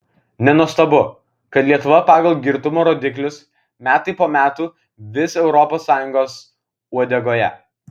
nenuostabu kad lietuva pagal girtumo rodiklius metai po metų vis europos sąjungos uodegoje